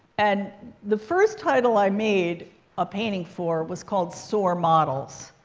and the first title i made a painting for was called sore models.